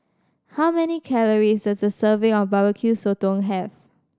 how many calories does a serving of Barbecue Sotong have